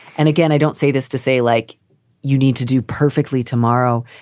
and again, i don't say this to say like you need to do perfectly tomorrow.